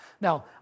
Now